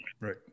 right